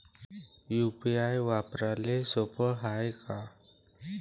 UPI वापराले सोप हाय का?